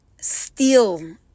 steal